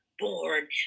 born